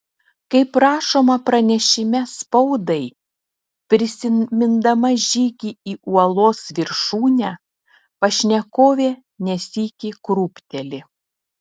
kaip rašoma pranešime spaudai prisimindama žygį į uolos viršūnę pašnekovė ne sykį krūpteli